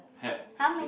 K